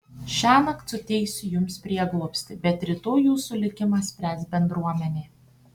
šiąnakt suteiksiu jums prieglobstį bet rytoj jūsų likimą spręs bendruomenė